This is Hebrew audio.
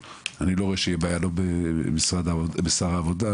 אני לא רואה שיהיה בעיה לא אצל שר העבודה,